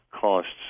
costs